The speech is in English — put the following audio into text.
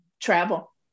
Travel